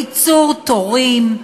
לקיצור תורים,